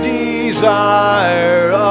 desire